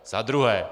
Za druhé.